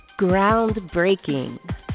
groundbreaking